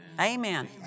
Amen